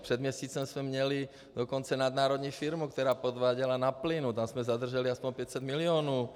Před měsícem jsme měli dokonce nadnárodní firmu, která podváděla na plynu, tam jsme zadrželi aspoň 500 milionů.